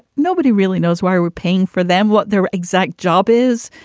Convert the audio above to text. nobody really knows why we're paying for them, what their exact job is.